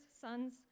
sons